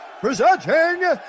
presenting